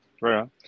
Right